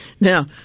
Now